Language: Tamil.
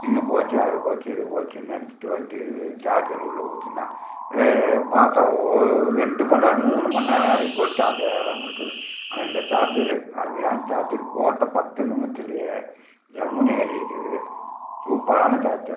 பின்னு போச்சு அது போச்சு இது போச்சுன்னு நினச்சுட்டு வந்து சார்ஜர் உள்ள குத்தினா பார்த்தா ரெண்டு மணி நேரம் மூணு மணி நேரம் ஆகி கூட சார்ஜ் ஏறாமல் இருக்குது ஆனால் இந்த சார்ஜர் அருமையான சார்ஜர் போட்ட பத்து நிமிஷத்துலயே ஜம்முனு ஏறிக்குது சூப்பரான சார்ஜர்